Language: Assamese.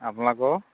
আপোনালোকৰ